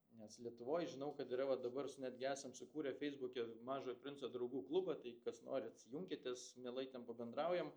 nes lietuvoj žinau kad yra va dabar s netgi esam sukūrę feisbuke mažojo princo draugų klubą tai kas norit junkitės mielai ten pabendraujam